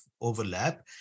overlap